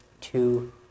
two